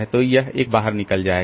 तो यह 1 बाहर निकल जाएगा